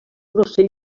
ocell